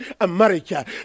America